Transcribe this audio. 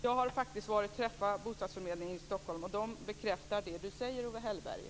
Fru talman! Jag har träffat folk från Bostadsförmedlingen i Stockholm och man bekräftar det som Owe Hellberg